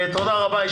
תודה רבה.